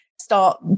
start